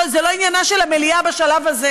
זה לא עניינה של המליאה בשלב הזה.